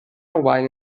wine